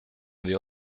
wir